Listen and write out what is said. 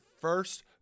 first